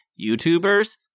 YouTubers